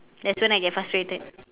that's when I get frustrated